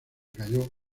cayó